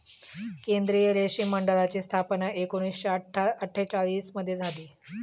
केंद्रीय रेशीम मंडळाची स्थापना एकूणशे अट्ठेचालिश मध्ये झाली